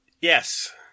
yes